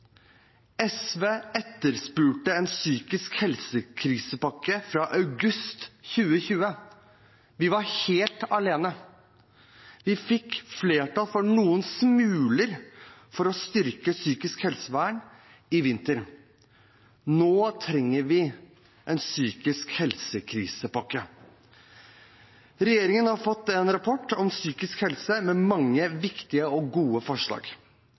SV etterspurte en psykisk helsekrisepakke fra august 2020. Vi var helt alene. Vi fikk flertall for noen smuler for å styrke psykisk helsevern i vinter. Nå trenger vi en psykisk helsekrisepakke. Regjeringen har fått en rapport om psykisk helse med mange viktige og gode forslag.